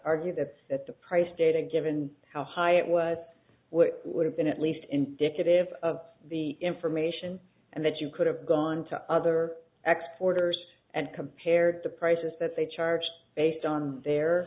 argue that at the price data given how high it was what would have been at least in definitive of the information and that you could have gone to other export orders as compared to prices that they charge based on their